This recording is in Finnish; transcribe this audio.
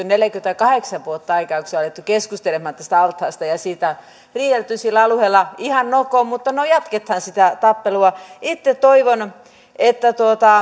neljäkymmentäkahdeksan vuotta aikaa kun siellä on alettu keskustelemaan tästä altaasta ja siitä on riidelty sillä alueella ihan nokko mutta no jatketaan sitä tappelua itse toivon että